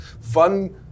fun